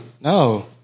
no